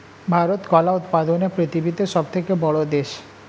ভারত কলা উৎপাদনে পৃথিবীতে সবথেকে বড়ো দেশ